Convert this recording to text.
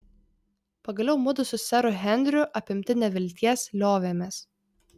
pagaliau mudu su seru henriu apimti nevilties liovėmės